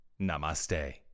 Namaste